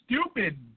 stupid